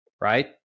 right